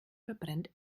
verbrennt